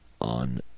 on